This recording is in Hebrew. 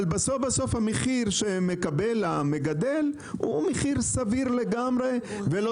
אבל בסוף המחיר שמקבל המגדל הוא מחיר סביר לגמרי ולא